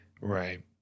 Right